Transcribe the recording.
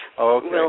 okay